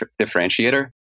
differentiator